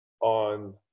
on